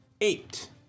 Eight